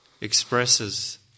expresses